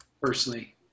personally